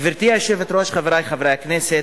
גברתי היושבת-ראש, חברי חברי הכנסת,